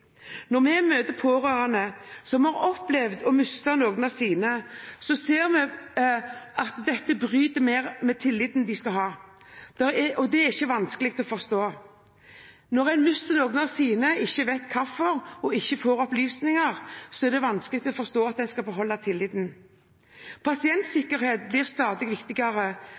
Når vi møter pårørende som har opplevd å miste noen av sine, ser vi at dette bryter med tilliten de skal ha, og det er ikke vanskelig å forstå. Når en mister en av sine, og ikke vet hvorfor, og ikke får opplysninger, er det vanskelig å forstå at en skal beholde tilliten. Pasientsikkerhet blir stadig viktigere,